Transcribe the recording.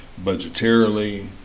Budgetarily